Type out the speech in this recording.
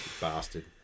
Bastard